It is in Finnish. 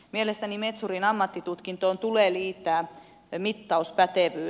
mielestäni metsurin ammattitutkintoon tulee liittää mittauspätevyys